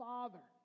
Father